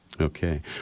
Okay